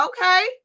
Okay